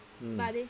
mm